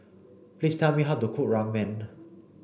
please tell me how to cook Ramyeon